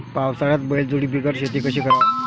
पावसाळ्यात बैलजोडी बिगर शेती कशी कराव?